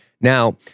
Now